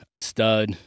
stud